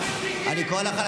ובליאק, תודה רבה.